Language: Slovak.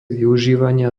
využívania